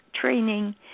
training